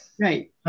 Right